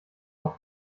auf